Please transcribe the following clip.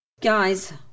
Guys